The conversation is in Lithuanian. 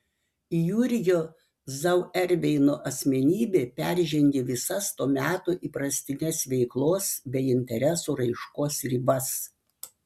jurgio zauerveino asmenybė peržengė visas to meto įprastines veiklos bei interesų raiškos ribas